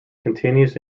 continues